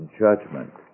judgment